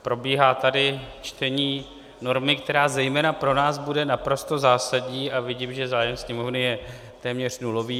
Probíhá tady čtení normy, která zejména pro nás bude naprosto zásadní, a vidím, že zájem Sněmovny je téměř nulový.